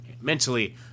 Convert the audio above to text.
Mentally